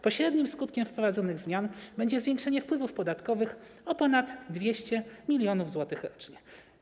Pośrednim skutkiem wprowadzonych zmian będzie zwiększenie wpływów podatkowych o ponad 200 mln zł rocznie.